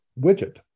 widget